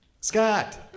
Scott